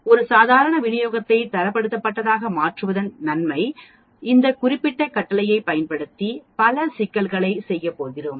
ஒரு சாதாரண விநியோகத்தை தரப்படுத்தப்பட்டதாக மாற்றுவதன் நன்மை இந்த குறிப்பிட்ட கட்டளையைப் பயன்படுத்தி பல சிக்கல்களைச் செய்யப் போகிறோம்